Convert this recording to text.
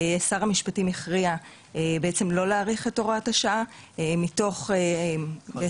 שר המשפטים הכריע לא להאריך את הוראת השעה מתוך עמדה